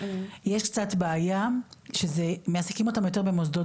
יש קצת בעיה שזה שמעסיקים אותם יותר במוסדות